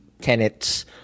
tenets